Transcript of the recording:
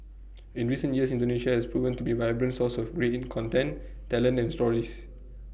in recent years Indonesia has proven to be vibrant source of grating content talent and stories